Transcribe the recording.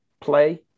play